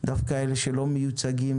דווקא אלה שלא מיוצגים,